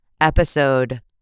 episode